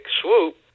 swoop